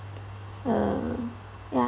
uh ya